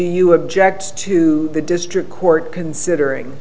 you object to the district court considering